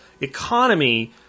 economy